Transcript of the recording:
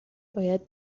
باید